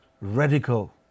radical